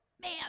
Man